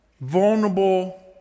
vulnerable